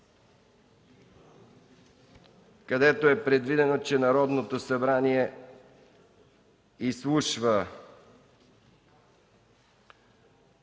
където е предвидено, че Народното събрание изслушва